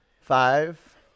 Five